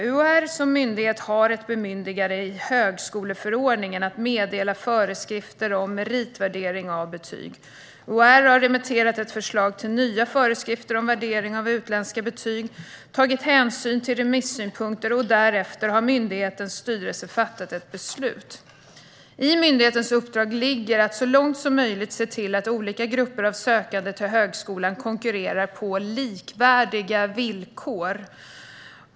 UHR som myndighet har ett bemyndigande i högskoleförordningen att meddela föreskrifter om meritvärdering av betyg. UHR har remitterat ett förslag till nya föreskrifter om värdering av utländska betyg och tagit hänsyn till remissynpunkter, och därefter har myndighetens styrelse fattat ett beslut. I myndighetens uppdrag ligger att så långt som möjligt se till att olika grupper av sökande till högskolan konkurrerar på likvärdiga villkor.